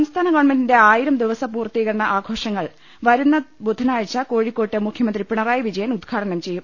സംസ്ഥാന ഗവൺമെന്റിന്റെ ആയിരം ദിവസ പൂർത്തീക രണ ആഘോഷങ്ങൾ വരുന്ന ബുധനാഴ്ച കോഴിക്കോട്ട് മുഖ്യ മന്ത്രി പിണറായി വിജയൻ ഉദ്ഘാടനം ചെയ്യും